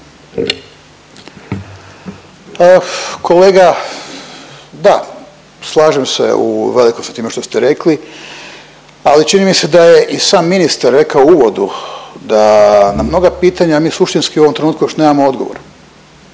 Kolega da, slažem se u veliko sa time što ste rekli, ali čini mi se da je i sam ministar rekao u uvodu da na mnoga pitanja mi suštinski u ovom trenutku još nemamo odgovor.